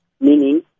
meaning